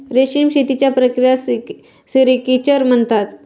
रेशीम शेतीच्या प्रक्रियेला सेरिक्चर म्हणतात